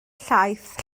llaeth